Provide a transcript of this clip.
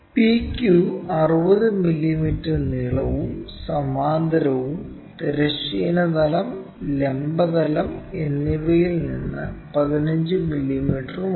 PQ 60 millimetre നീളവും സമാന്തരവും തിരശ്ചീന തലം ലംബ തലം എന്നിവയിൽ നിന്ന് 15 മില്ലീമീറ്ററുമാണ്